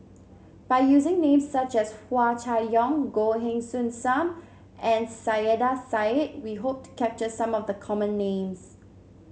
by using names such as Hua Chai Yong Goh Heng Soon Sam and Saiedah Said we hope to capture some of the common names